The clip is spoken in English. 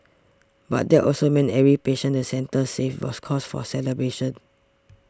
but that also meant every patient the centre saved was cause for celebration